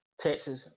Texas